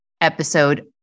episode